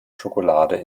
schokolade